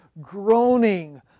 groaning